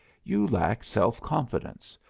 you lack self-confidence.